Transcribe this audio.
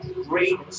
great